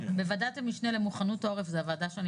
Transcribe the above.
בוועדת משנה למוכנות העורף - זו הוועדה שאני